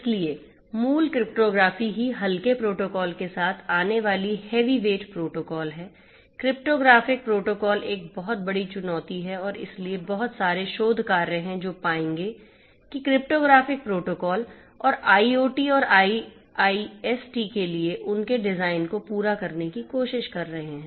इसलिए मूल क्रिप्टोग्राफी ही हल्के प्रोटोकॉल एक बहुत बड़ी चुनौती है और इसलिए बहुत सारे शोध कार्य हैं जो पाएंगे कि क्रिप्टोग्राफिक प्रोटोकॉल और आईओटी और आईआईएसटी के लिए उनके डिजाइन को पूरा करने की कोशिश कर रहे हैं